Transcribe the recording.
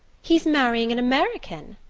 he's marrying an american?